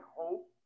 hope